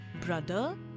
Brother